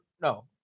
No